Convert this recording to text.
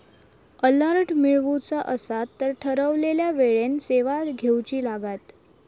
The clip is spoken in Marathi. अलर्ट मिळवुचा असात तर ठरवलेल्या वेळेन सेवा घेउची लागात